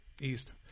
East